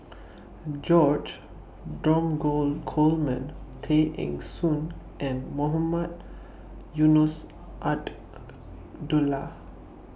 George Dromgold Coleman Tay Eng Soon and Mohamed Eunos